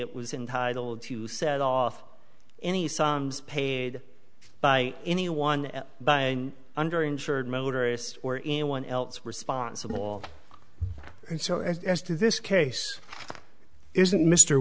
it was entitle to set off any psalms paid by anyone under insured motorists or anyone else responsible and so as this case isn't mr